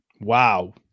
wow